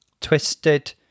Twisted